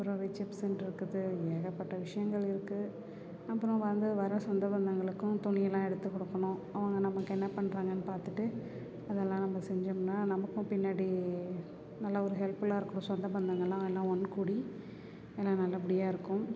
அப்புறம் ரிசப்சன் இருக்குது ஏகப்பட்ட விஷயங்கள் இருக்குது அப்புறம் வந்த வர சொந்த பந்தங்களுக்கும் துணியெல்லாம் எடுத்துக் கொடுக்கணும் அவங்க நமக்கு என்னப் பண்ணுறாங்கன்னு பார்த்துட்டு அதெல்லாம் நம்ம செஞ்சம்னால் நமக்கும் பின்னாடி நல்லா ஒரு ஹெல்ப்புல்லாக இருக்கும் சொந்த பந்தங்களெலாம் எல்லாம் ஒன்று கூடி எல்லாம் நல்லபடியாக இருக்கும்